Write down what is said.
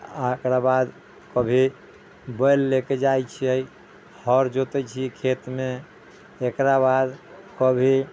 आ एकरा बाद कभी बैल ले के जाइ छियै हर जोतै छियै खेत मे एकरा बाद कभी